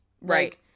right